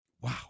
Wow